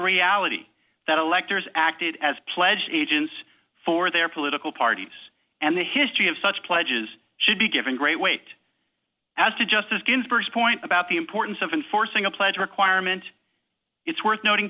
reality that electors acted as pledged agents for their political parties and the history of such pledges should be given great weight as to justice ginsburg's point about the importance of enforcing a pledge requirement it's worth noting